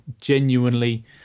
genuinely